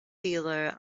dealer